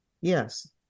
Yes